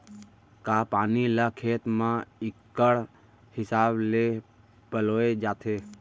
का पानी ला खेत म इक्कड़ हिसाब से पलोय जाथे?